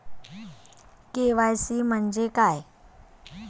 KYC म्हंजे काय?